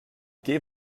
gave